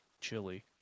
chili